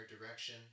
direction